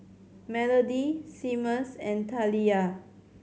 Melodie Seamus and Taliyah